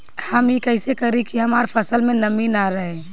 हम ई कइसे करी की हमार फसल में नमी ना रहे?